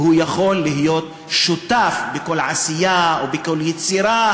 והוא יכול להיות שותף בכל עשייה ובכל יצירה,